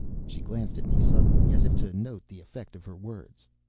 she glanced at me suddenly, as if to note the effect of her words.